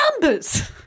Numbers